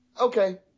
Okay